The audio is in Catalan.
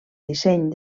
disseny